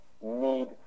need